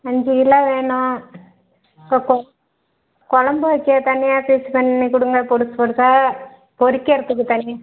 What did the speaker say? அஞ்சு கிலோ வேணும் கொ கொ குழம்பு வைக்க தனியாக பீஸ் பண்ணி கொடுங்க பொடுசு பொடுசாக பொரிக்கிறதுக்கு தனி